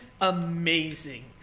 amazing